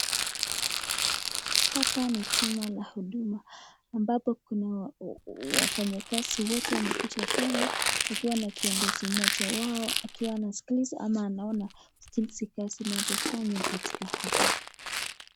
Hapa ni chumba la huduma ambapo, kuna wafanyikazi wote wamekuja pale kukiwa na kiongozi mmoja wao wakiwa wanaskiliza ama anaona kazi zinazofanywa katika hapo.